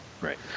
Right